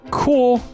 cool